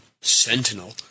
sentinel